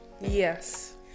Yes